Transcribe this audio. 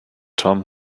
tom